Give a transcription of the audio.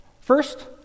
First